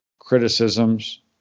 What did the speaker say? criticisms